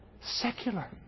Secular